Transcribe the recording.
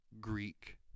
Greek